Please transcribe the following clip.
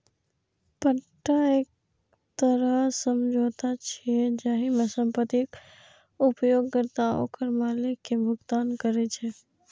पट्टा एक तरह समझौता छियै, जाहि मे संपत्तिक उपयोगकर्ता ओकर मालिक कें भुगतान करै छै